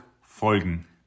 folgen